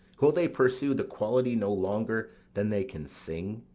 will they pursue the quality no longer than they can sing?